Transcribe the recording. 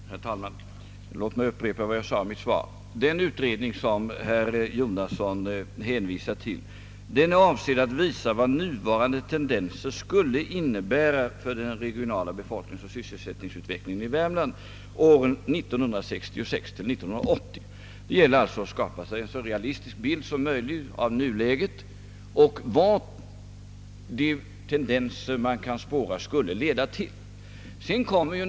Herr talman! Låt mig upprepa vad jag sade i mitt svar. Den utredning som herr Jonasson hänvisar till är avsedd att visa vad nuvarande tendenser skulle innebära för den regionala befolkningsoch sysselsättningsutvecklingen i Värmland åren 1966—1980. Det gäller alltså att skapa en så realistisk bild som möjligt av hur läget är nu och vart de tendenser man kan spåra skulle leda till.